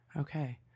Okay